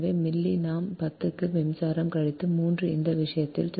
எனவே மில்லி நாம் 10 க்கு மின்சாரம் கழித்து 3 இந்த விஷயத்தில் 20